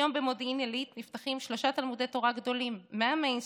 היום במודיעין עילית נפתחים שלושה תלמודי תורה גדולים מהמיינסטרים: